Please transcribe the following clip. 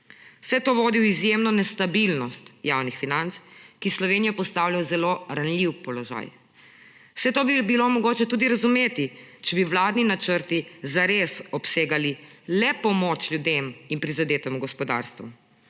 Vse to vodi v izjemno nestabilnost javnih financ, ki Slovenijo postavlja v zelo ranljiv položaj. Vse to bi bilo mogoče tudi razumeti, če bi vladni načrti zares obsegali le pomoč ljudem in prizadetemu gospodarstvu,